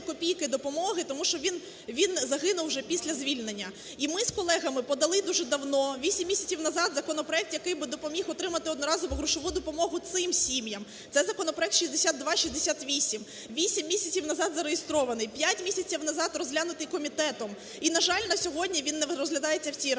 копійки допомоги, тому що він загинув вже після звільнення. І ми з колегами подали дуже давно, 8 місяців назад законопроект, який би допоміг отримати одноразову грошову допомогу цим сім'ям. Це законопроект 6268, 8 місяців назад зареєстрований, 5 місяців назад розглянутий комітетом, і, на жаль, на сьогодні він не розглядається в цій Раді.